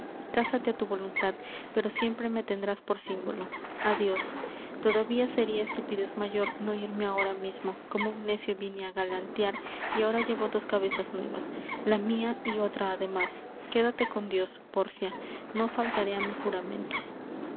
cásate á tu voluntad pero siempre me tendrás por símbolo adios todavía seria estupidez mayor no irme ahora mismo como un necio vine á galantear y ahora llevo dos cabezas nuevas la mia y otra ademas quédate con dios pórcia no faltaré á mi juramento